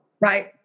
Right